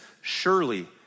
surely